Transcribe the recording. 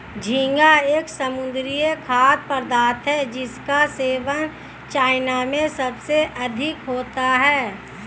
झींगा एक समुद्री खाद्य पदार्थ है जिसका सेवन चाइना में सबसे अधिक होता है